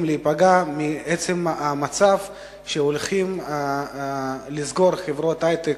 להיפגע מעצם המצב שהולכים לסגור חברות היי-טק,